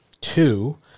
two